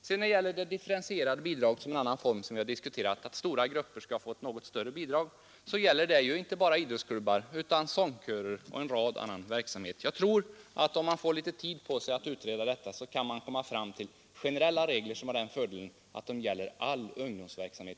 Och det differentierade bidrag som vi har diskuterat — det skulle innebära att stora sammankomster ges ett något större bidrag — gäller inte heller bara idrottsklubbar utan sångkörer och en rad andra organisationer. Om man får litet tid på sig att utreda detta tror jag att man kan komma fram till generella regler som har den fördelen att de gäller all ungdomsverksamhet.